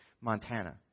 Montana